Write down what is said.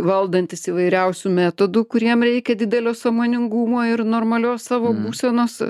valdantis įvairiausių metodų kuriem reikia didelio sąmoningumo ir normalios savo būsenos